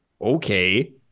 Okay